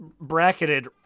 bracketed